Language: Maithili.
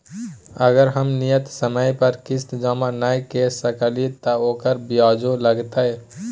अगर हम नियत समय पर किस्त जमा नय के सकलिए त ओकर ब्याजो लगतै?